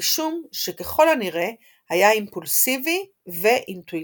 רישום שככל הנראה היה אימפולסיבי ואינטואיטיבי.